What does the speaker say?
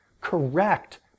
correct